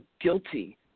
guilty